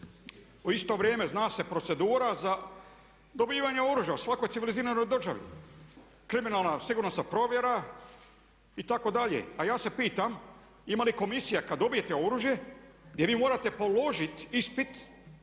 U isto vrijeme zna se procedura za dobivanje oružja u svakoj civiliziranoj državi, kriminalna sigurnosna provjera itd. A ja se pitam ima li komisija kad dobijete oružje jer vi morate položiti ispit